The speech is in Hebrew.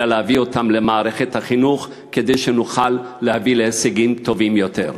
אלא להביא אותם למערכת החינוך כדי שנוכל להביא להישגים טובים יותר.